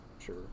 sure